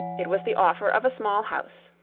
it was the offer of a small house,